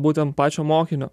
būtent pačio mokinio